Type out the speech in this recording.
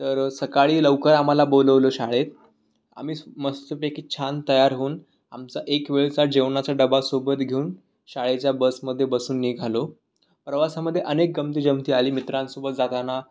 तर सकाळी लवकर आम्हाला बोलवलं शाळेत आम्ही मस्तपैकी छान तयार होऊन आमचा एकवेळचा जेवणाचा डबा सोबत घेऊन शाळेच्या बसमध्ये बसून निघालो प्रवासामध्ये अनेक गमती जमती आली मित्रांसोबत जाताना